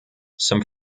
some